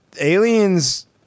aliens